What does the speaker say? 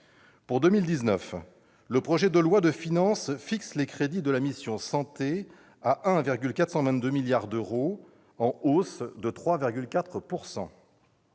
Pour 2019, le projet de loi de finances fixe les crédits de la mission « Santé » à 1,422 milliard d'euros, en hausse de 3,4 %.